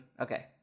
Okay